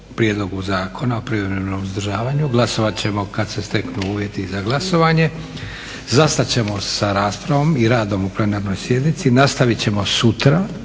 Prijedlogu zakona o privremenom uzdržavanju. Glasovat ćemo kad se steknu uvjeti za glasovanje. Zastat ćemo sa raspravom i radom u plenarnoj sjednici. Nastavit ćemo sutra